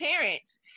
parents